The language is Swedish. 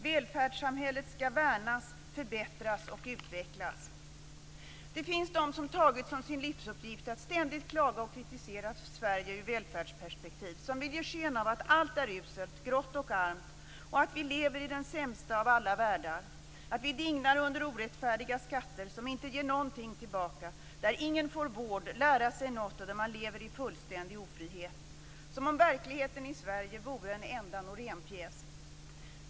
Välfärdssamhället skall värnas, förbättras och utvecklas. Det finns de som tagit som sin livsuppgift att ständigt klaga och kritisera Sverige ur välfärdsperspektiv. De vill ge sken av att allt är uselt, grått och armt, och att vi lever i den sämsta av alla världar. Vi dignar under orättfärdiga skatter som inte ger någonting tillbaka. Ingen får vård eller får lära sig något, och man lever i fullständig ofrihet. Det är som om verkligheten i Sverige vore en Norénpjäs.